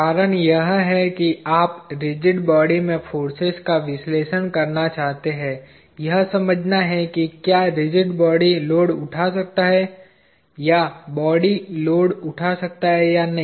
कारण यह है कि आप रिजिड बॉडी में फोर्सेज का विश्लेषण करना चाहते हैं यह समझना है कि क्या रिजिड बॉडी लोड उठा सकता है या बॉडी लोड उठा सकता है या नहीं